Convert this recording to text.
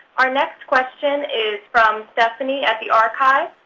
our next question is from stephanie at the archives.